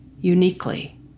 uniquely